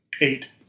Eight